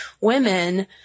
women